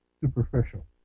superficial